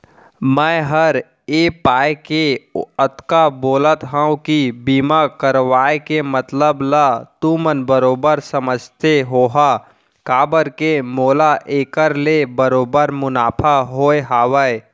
मैं हर ए पाय के अतका बोलत हँव कि बीमा करवाय के मतलब ल तुमन बरोबर समझते होहा काबर के मोला एखर ले बरोबर मुनाफा होय हवय